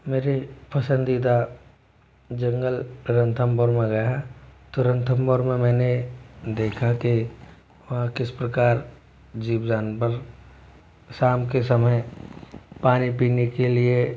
मेरे पसंदीदा जंगल रणथंभौर में गया तो रणथंभौर में मैंने देखा कि और वहाँ किस प्रकार जीव जानवर शाम के समय पानी पीने के लिए